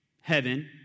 heaven